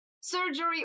surgery